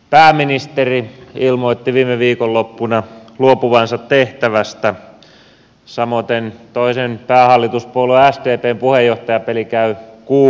pääministeri ilmoitti viime viikonloppuna luopuvansa tehtävästä samoiten toisen päähallituspuolue sdpn puheenjohtajapeli käy kuumana